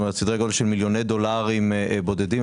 סדרי גודל של מיליוני דולרים בודדים,